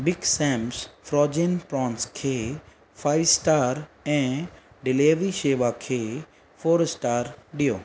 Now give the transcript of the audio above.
Big Sam's frozen prawns खे five star ऐं delivery शेवा खे फोर स्टार ॾियो